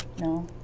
No